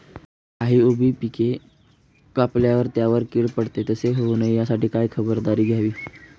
काही उभी पिके कापल्यावर त्यावर कीड पडते, तसे होऊ नये यासाठी काय खबरदारी घ्यावी?